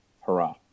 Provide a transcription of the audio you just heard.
hurrah